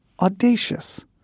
audacious